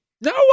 no